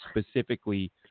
specifically